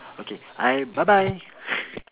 okay I bye bye